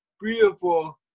beautiful